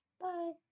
Bye